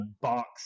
box